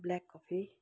अब black coffee